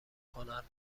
کنند